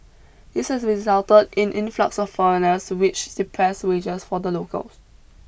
this has resulted in influx of foreigners which depressed wages for the locals